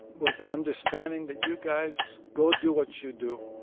with the understanding that you guys go do what you do.